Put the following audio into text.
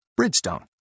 Bridgestone